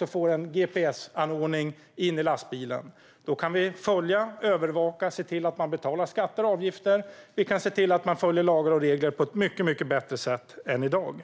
man får en gps-anordning i lastbilen. Då kan vi följa och övervaka lastbilarna och se till att man betalar skatter och avgifter. Vi kan därigenom se till att man följer lagar och regler på ett mycket bättre sätt än i dag.